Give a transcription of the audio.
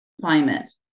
climate